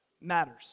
matters